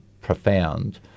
profound